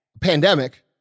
pandemic